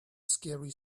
scary